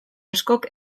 askok